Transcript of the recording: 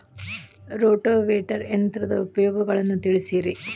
rotavator ಯಂತ್ರದ ಉಪಯೋಗಗಳನ್ನ ತಿಳಿಸಿರಿ